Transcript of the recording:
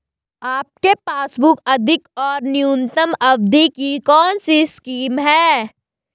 आपके पासबुक अधिक और न्यूनतम अवधि की कौनसी स्कीम है?